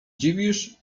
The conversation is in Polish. dziwisz